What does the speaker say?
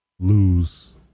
lose